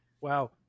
Wow